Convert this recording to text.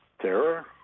terror